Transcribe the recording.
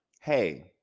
Hey